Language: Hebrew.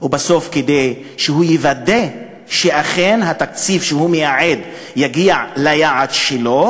כדי שבסוף הוא יוודא שאכן התקציב שהוא מייעד יגיע ליעד שלו,